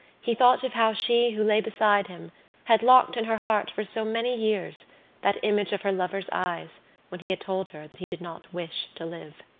he thought of how she who lay beside him had locked in her heart for so many years that image of her lover's eyes when he had told her that he did not wish to live.